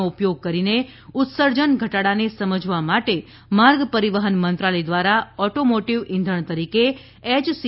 નો ઉપયોગ કરીને ઉત્સર્જન ઘટાડાને સમજવા માટે માર્ગ પરિવહન મંત્રાલય દ્વારા ઑટોમોટિવ ઇંધણ તરીકે એચ સી